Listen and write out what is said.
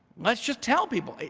let's just tell people,